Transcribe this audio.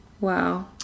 Wow